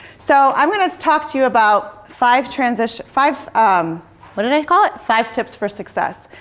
so i'm going to talk to you about five transition, five um what did i call it five tips for success.